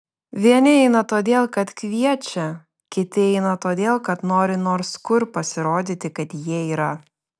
vieni eina todėl kad kviečia kiti eina todėl kad nori nors kur pasirodyti kad jie yra